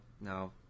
no